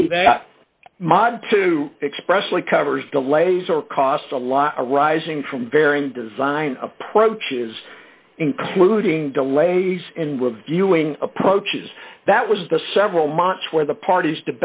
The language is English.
you that model to express like covers delays or cost a lot are rising from varying design approaches including delays and we're viewing approaches that was the several months where the parties